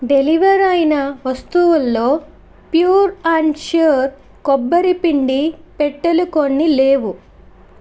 deliver అయిన వస్తువుల్లో pure and sure కొబ్బరి పిండి పెట్టెలు కొన్ని లేవు